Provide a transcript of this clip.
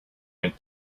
went